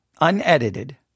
Unedited